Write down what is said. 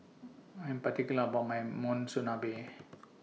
I Am particular about My Monsunabe